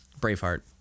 Braveheart